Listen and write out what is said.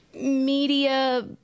media